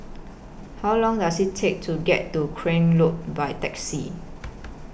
How Long Does IT Take to get to Craig Road By Taxi